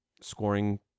scoring